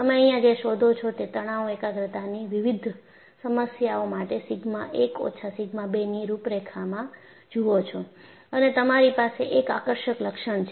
તમે અહીંયા જે શોધો છો તે તણાવ એકાગ્રતાની વિવિધ સમસ્યાઓ માટે સિગ્મા 1 ઓછા સિગ્મા 2 ની રૂપરેખામાં જુઓ છો અને તમારી પાસે એક આકર્ષક લક્ષણ છે